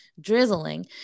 drizzling